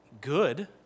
good